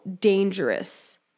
dangerous